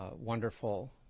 wonderful